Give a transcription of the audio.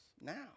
now